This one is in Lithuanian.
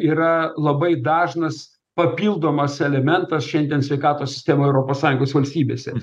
yra labai dažnas papildomas elementas šiandien sveikatos sistema europos sąjungos valstybėse